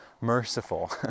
merciful